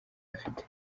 afite